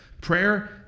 Prayer